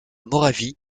moravie